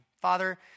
Father